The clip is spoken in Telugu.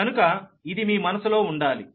కనుక ఇది మీ మనసులో ఉండాలి